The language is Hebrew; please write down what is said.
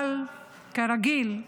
אבל כרגיל,